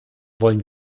wollen